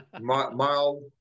mild